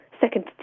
second